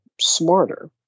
smarter